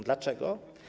Dlaczego?